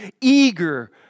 eager